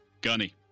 Gunny